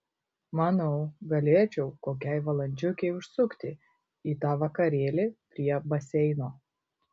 manau galėčiau kokiai valandžiukei užsukti į tą vakarėlį prie baseino